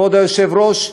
כבוד היושב-ראש,